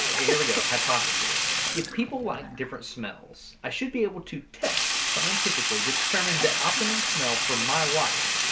here we go. hypothesis. if people like different smells, i should be able to test scientifically to determine the optimum smell for my wife,